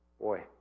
Boy